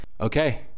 Okay